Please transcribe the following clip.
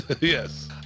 yes